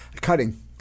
Cutting